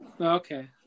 Okay